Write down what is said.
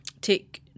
take